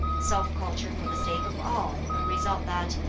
self-culture for the sake of all a result that,